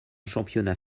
championnat